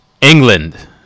england